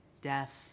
deaf